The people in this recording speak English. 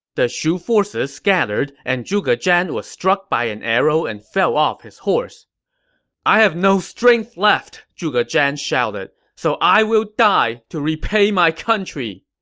the shu forces scattered, and zhuge zhan was struck by an arrow and fell off his horse i have no strength left, zhuge zhan shouted. so i will die to repay my country!